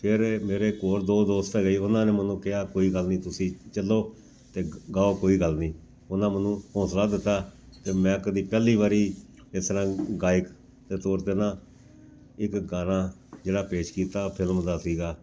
ਫਿਰ ਮੇਰੇ ਕੋਲ ਦੋ ਦੋਸਤ ਹੈਗੇ ਉਹਨਾਂ ਨੇ ਮੈਨੂੰ ਕਿਹਾ ਕੋਈ ਗੱਲ ਨਹੀਂ ਤੁਸੀਂ ਚਲੋ ਅਤੇ ਗਾਓ ਕੋਈ ਗੱਲ ਨਹੀਂ ਉਹਨਾਂ ਮੈਨੂੰ ਹੌਸਲਾ ਦਿੱਤਾ ਅਤੇ ਮੈਂ ਕਦੀ ਪਹਿਲੀ ਵਾਰੀ ਇਸ ਤਰ੍ਹਾਂ ਗਾਇਕ ਦੇ ਤੌਰ 'ਤੇ ਨਾ ਇੱਕ ਗਾਣਾ ਜਿਹੜਾ ਪੇਸ਼ ਕੀਤਾ ਫਿਲਮ ਦਾ ਸੀਗਾ